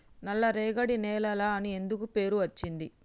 నల్లరేగడి నేలలు అని ఎందుకు పేరు అచ్చింది?